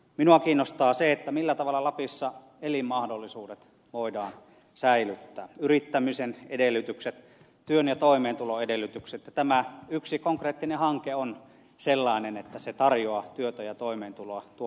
minua kiinnostaa se millä tavalla lapissa elinmahdollisuudet voidaan säilyttää yrittämisen edellytykset työn ja toimeentulon edellytykset ja tämä yksi konkreettinen hanke on sellainen että se tarjoaa työtä ja toimeentuloa tuolle alueelle